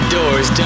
Doors